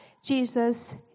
Jesus